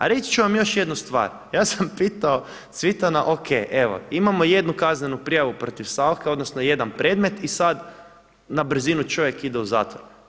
A reći ću vam još jednu stvar, ja sam pitao Cvitana, O.K., evo, imamo jednu kaznenu prijavu protiv Sauche, odnosno jedan predmet i sada na brzinu čovjek ide u zatvor.